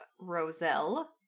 Roselle